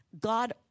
God